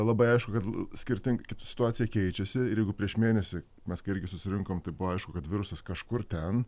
labai aišku kad skirting kai ta situacija keičiasi ir jeigu prieš mėnesį mes kai irgi susirinkom tai buvo aišku kad virusas kažkur ten